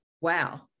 wow